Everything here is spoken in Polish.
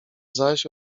zaś